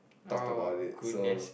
oh goodness